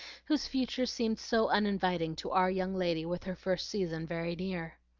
whose future seemed so uninviting to our young lady with her first season very near.